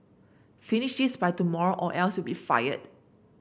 finish this by tomorrow or else you'll be fired